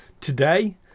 Today